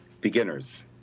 Beginners